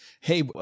Hey